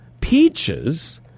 peaches